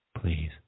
please